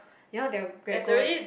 you know their grade goat